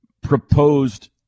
proposed